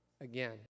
again